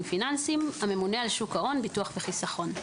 פיננסיים הממונה על שוק ההון ביטוח וחיסכון.